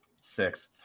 sixth